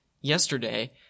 yesterday